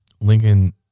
Lincoln